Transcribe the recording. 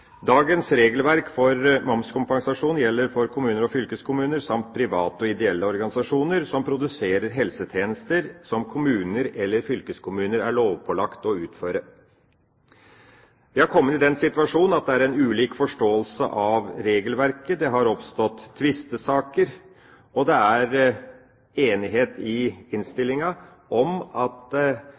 Dagens regelverk for momskompensasjon gjelder for kommuner og fylkeskommuner samt private og ideelle organisasjoner som produserer helsetjenester som kommuner eller fylkeskommuner er lovpålagt å utføre. Vi har kommet i den situasjon at det er en ulik forståelse av regelverket. Det har oppstått tvistesaker. Det er enighet i innstillinga om at